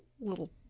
little